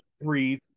breathe